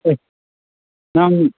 ꯑꯦ ꯅꯪ